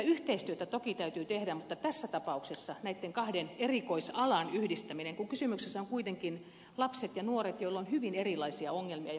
yhteistyötä toki täytyy tehdä mutta tässä tapauksessa ei näitten kahden erikoisalan yhdistämistä kun kysymyksessä ovat kuitenkin lapset ja nuoret joilla on hyvin erilaisia ongelmia ja pulmia